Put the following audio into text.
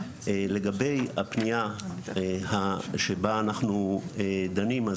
לגבי הפנייה שבה אנחנו דנים,